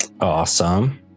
Awesome